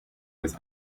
was